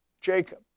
Jacob